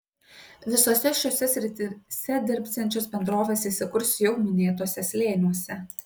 visose šiose srityse dirbsiančios bendrovės įsikurs jau minėtuose slėniuose